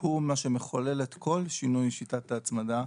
שהוא מה שמחולל את כל שינוי שיטת ההצמדה,